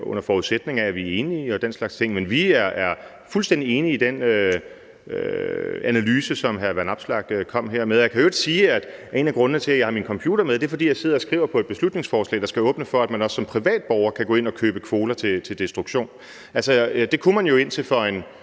under forudsætning af, at vi er enige og den slags ting. Men vi er fuldstændig enige i den analyse, som hr. Alex Vanopslagh kom med her. Jeg kan i øvrigt sige, at en af grundene til, at jeg har min computer med, er, at jeg sidder og skriver på et beslutningsforslag, der skal åbne for, at man også som privat borger kan gå ind og købe kvoter til destruktion. Det kunne man jo indtil for godt